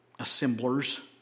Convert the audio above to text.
assemblers